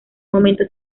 momento